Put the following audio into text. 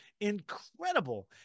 incredible